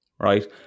right